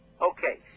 Okay